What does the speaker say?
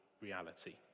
reality